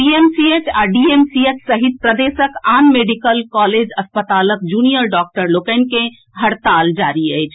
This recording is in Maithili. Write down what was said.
पीएमसीएच आ डीएमसीएच सहित प्रदेशक आन मेडिकल कॉलेज अस्पतालक जूनियर डॉक्टर लोकनिक हड़ताल जारी अछि